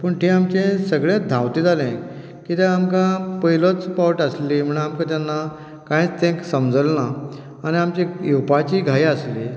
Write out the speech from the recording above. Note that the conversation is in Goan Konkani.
पूण थंय सगळें धांवतें जालें कित्याक आमकां पयलोच पावट आसली म्हणून आमकां तेन्ना कांयच एक समजलें ना आनी आमची येवपाचीय घाय आसली